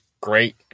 great